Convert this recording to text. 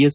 S